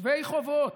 שווי חובות,